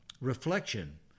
reflection